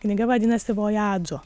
knyga vadinasi vojadžo